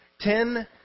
Ten